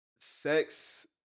Sex